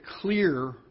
clear